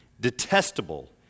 detestable